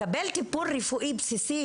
לקבל טיפול רפואי בסיסי